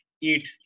eat